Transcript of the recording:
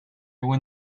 were